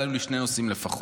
עלו לי שני נושאים לפחות.